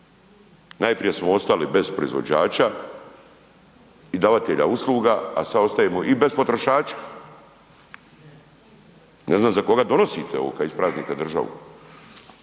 Najprije smo ostali bez proizvođača i davatelja usluga, a sad ostajemo i bez potrošača. Ne znan za koga donosite ovo kad ispraznite državu,